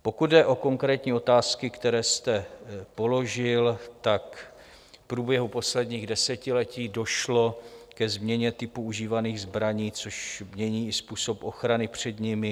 Pokud jde o konkrétní otázky, které jste položil, v průběhu posledních desetiletí došlo ke změně používaných zbraní, což mění i způsob ochrany před nimi.